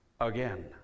again